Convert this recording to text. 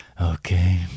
Okay